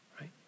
right